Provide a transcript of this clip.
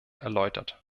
erläutert